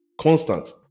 constant